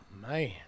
man